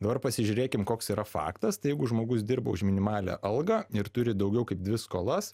dabar pasižiūrėkim koks yra faktas jeigu žmogus dirba už minimalią algą ir turi daugiau kaip dvi skolas